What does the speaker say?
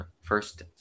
first